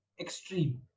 extreme